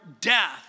death